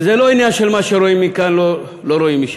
וזה לא עניין של מה שרואים מכאן לא רואים משם,